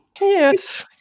Yes